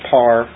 Par